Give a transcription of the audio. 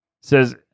Says